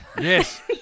yes